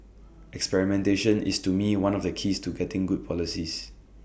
experimentation is to me one of the keys to getting good policies